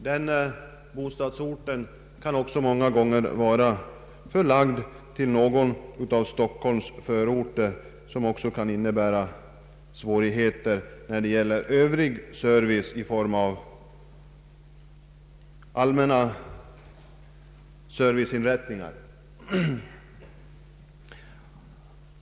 Den nya bostadsorten kan många gånger vara någon av Stockholms förorter, vilket också kan medföra svårigheter när det gäller allmänna serviceinrättningar.